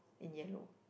in yellow